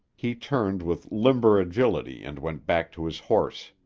he turned with limber agility and went back to his horse.